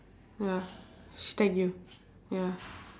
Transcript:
ya she tag you ya